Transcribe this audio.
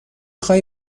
خوای